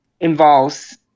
involves